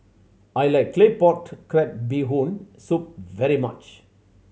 I like Claypot Crab Bee Hoon Soup very much